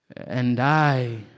and i